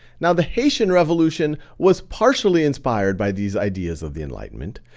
now, the haitian revolution was partially inspired by these ideas of the enlightenment,